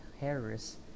Harris